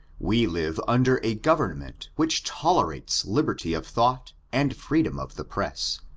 we live under a government which tolerates liberty of thought and freedom of the press,